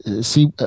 See